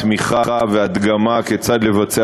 תמיכה והדגמה כיצד לבצע